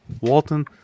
Walton